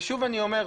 ושוב אני אומר,